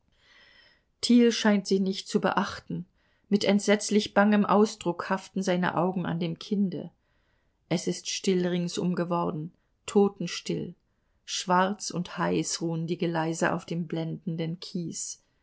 scheint sie nicht zu beachten mit entsetzlich bangem ausdruck haften seine augen an dem kinde es ist still ringsum geworden totenstill schwarz und heiß ruhen die geleise auf dem blendenden kies